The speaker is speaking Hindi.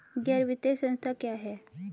गैर वित्तीय संस्था क्या है?